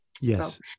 Yes